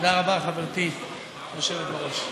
תודה רבה, חברתי היושבת בראש.